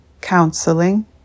counseling